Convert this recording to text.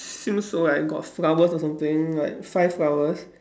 swimsuit right got flowers or something like five flowers